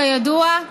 כידוע,